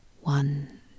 one